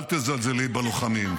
אל תזלזלי בלוחמים.